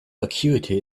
acuity